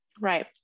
Right